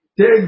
take